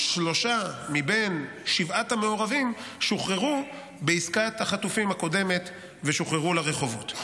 שלושה מבין שבעת המעורבים שוחררו בעסקת החטופים הקודמת ושוחררו לרחובות.